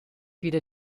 wieder